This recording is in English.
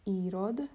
írod